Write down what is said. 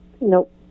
Nope